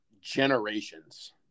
generations –